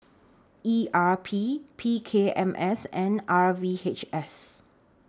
E R P P K M S and R V H S